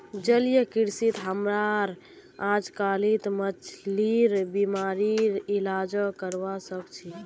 जलीय कृषित हमरा अजकालित मछलिर बीमारिर इलाजो करवा सख छि